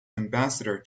ambassador